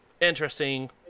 Interesting